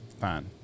fine